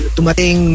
Tumating